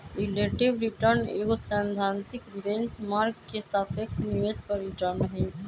relative return एगो सैद्धांतिक benchmark के सापेक्ष निवेश पर रिटर्न हइ